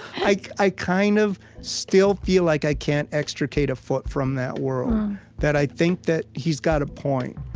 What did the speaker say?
like i kind of still feel like i can't extricate a foot from that world that i think that he's got a point.